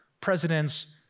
presidents